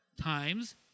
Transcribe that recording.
times